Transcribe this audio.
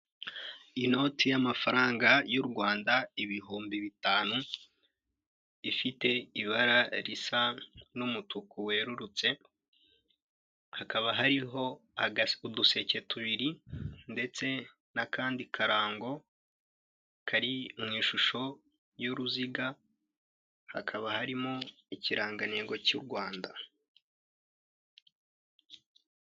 Inoti y'amafaranga y'u Rwanda ibihumbi bitanu ifite ibara risa n'umutuku werurutse hakaba hariho uduseke tubiri ndetse n'akandi karango kari mu ishusho y'uruziga hakaba harimo ikirangantego cy'u Rwanda.